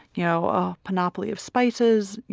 you know a panoply of spices.